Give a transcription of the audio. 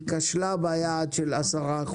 היא כשלה ביעד של 10%,